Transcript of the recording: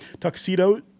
tuxedo